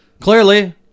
Clearly